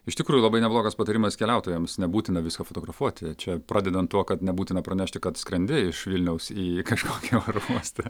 iš tikrųjų labai neblogas patarimas keliautojams nebūtina viską fotografuoti čia pradedant tuo kad nebūtina pranešti kad skrendi iš vilniaus į kažkokį oro uostą